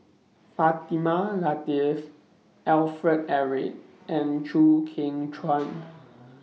Fatimah Lateef Alfred Eric and Chew Kheng Chuan